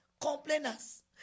complainers